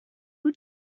who